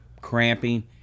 cramping